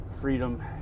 freedom